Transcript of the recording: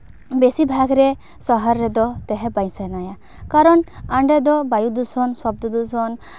ᱵᱮᱥᱤ ᱵᱷᱟᱜᱽ ᱨᱮ ᱥᱚᱦᱚᱨ ᱨᱮᱫᱚ ᱛᱟᱦᱮᱸ ᱵᱟᱝ ᱥᱟᱱᱟᱭᱟ ᱠᱟᱨᱚᱱ ᱚᱸᱰᱮ ᱫᱚ ᱥᱚᱵᱫᱚ ᱫᱷᱩᱥᱚᱱ ᱵᱟᱹᱭᱩ ᱫᱷᱩᱥᱚᱱ